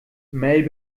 mel